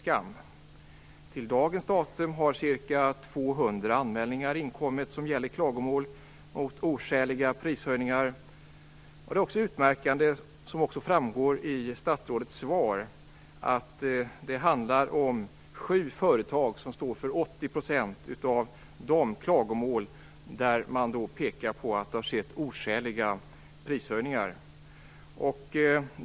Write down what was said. Fram till i dag har ca 200 anmälningar inkommit som gäller klagomål om oskäliga prishöjningar. Det är utmärkande, vilket också framgår av statsrådets svar, att sju företag står för 80 % av de klagomål där man pekar på att det har skett oskäliga prishöjningar.